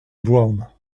brown